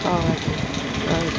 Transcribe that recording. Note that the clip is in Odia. ହଉ ହଉ ଠିକ ଅଛି ରହୁଛି